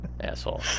asshole